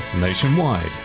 nationwide